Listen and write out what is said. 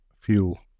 fuel